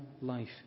life